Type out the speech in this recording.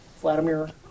Vladimir